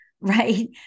right